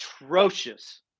atrocious